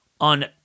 on